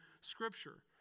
Scripture